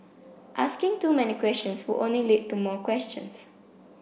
asking too many questions would only lead to more questions